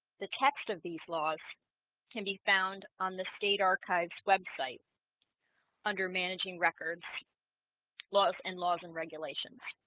the text of these laws can be found on the state archives website under managing records laws and laws and regulations